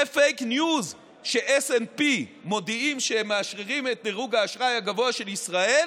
זה פייק ניוז ש-S&P מודיעים שהם מאשררים את דירוג האשראי הגבוה של ישראל